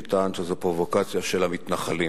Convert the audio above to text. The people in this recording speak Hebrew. שטען שזו פרובוקציה של המתנחלים